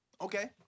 Okay